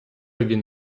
він